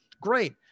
Great